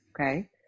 okay